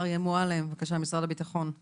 אריה מועלם, משרד הביטחון, בבקשה.